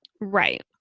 Right